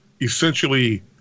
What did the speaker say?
essentially